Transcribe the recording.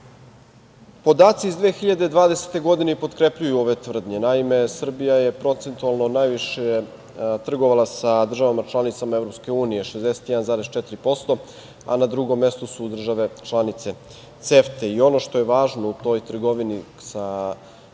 Podaci iz 2020. godine potkrepljuju ove tvrdnje. Naime, Srbija je procentualno najviše trgovala sa državama članicama Evropske unije 61,4%, a na drugom mestu su države članice CEFTA. Ono što je važno u toj trgovini sa